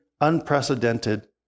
unprecedented